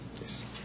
Yes